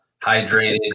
hydrated